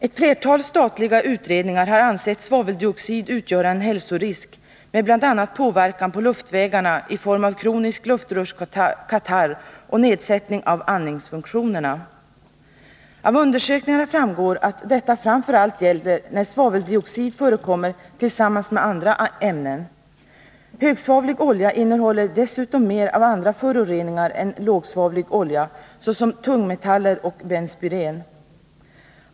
Ett flertal statliga utredningar har ansett svaveldioxid utgöra en hälsorisk med bl.a. påverkan på luftvägarna i form av kronisk luftrörskatarr och nedsättning av andningsfunktionerna. Av undersökningarna framgår att detta framför allt gäller när svaveldioxid förekommer tillsammans med andra ämnen. Högsvavlig olja innehåller dessutom mer av andra föroreningar än lågsvavlig olja, såsom tungmetaller och benspyren.